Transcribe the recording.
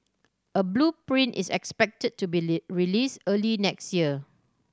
a blueprint is expected to be Lee released early next year